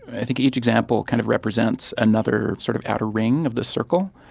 i think each example kind of represents another sort of outer ring of the circle.